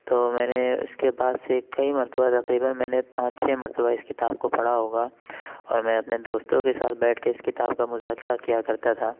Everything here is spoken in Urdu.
تو میں نے اس کے بعد سے کئی مرتبہ تقریباً میں نے پانچ چھ مرتبہ اس کتاب کو پڑھا ہوگا اور میں اپنے دوستوں کے ساتھ بیٹھ کے اس کتاب کا مذاکرہ کیا کرتا تھا